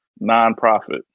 nonprofit